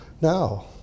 now